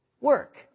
work